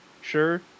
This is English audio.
Sure